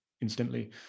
Instantly